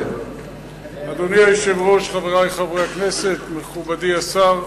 אדוני היושב-ראש, חברי חברי הכנסת, מכובדי השר,